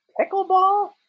Pickleball